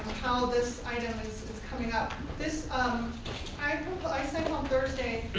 ah this item is coming up. this i sent on thursday